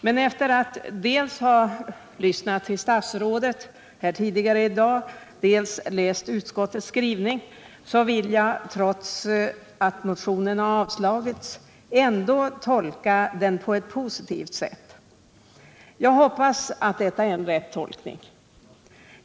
Men efter att dels ha lyssnat till statsrådet tidigare i dag, dels läst utskottets skrivning vill jag, trots att motionen avslagits, tolka behandlingen av den på ett positivt sätt. Jag hoppas att detta är en riktig tolkning.